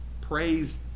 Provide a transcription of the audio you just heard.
Praise